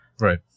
Right